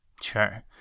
Sure